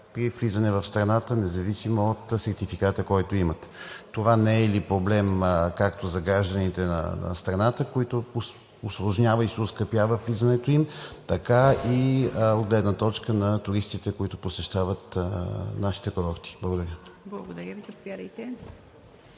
при влизане в страната, независимо от сертификата, който имат? Това не е ли проблем както за гражданите на страната, защото усложнява и се оскъпява влизането им, така и от гледна точка на туристите, които посещават нашите курорти? Благодаря. ПРЕДСЕДАТЕЛ ИВА